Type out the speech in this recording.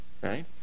Right